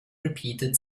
repeated